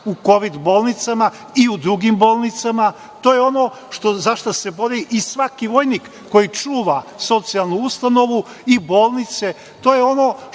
u kovid bolnicama i u drugim bolnicama. To je ono za šta se bori i svaki vojnik koji čuva socijalnu ustanovu i bolnice.